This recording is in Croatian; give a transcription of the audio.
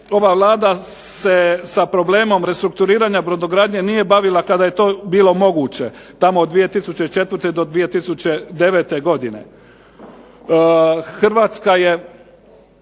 ova Vlada se sa problemom restrukturiranja brodogradnje nije bavila kada je to bilo moguće, tamo 2004. do 2009. godine. Hrvatska je